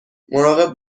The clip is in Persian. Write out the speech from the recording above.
مراقب